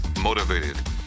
motivated